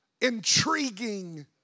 intriguing